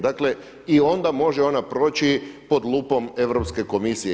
Dakle, i ona može ona proći pod lupom Europske komisije.